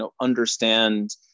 understand